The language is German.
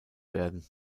werden